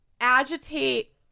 agitate